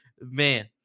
man